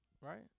Right